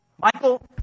Michael